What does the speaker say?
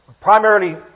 primarily